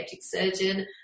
surgeon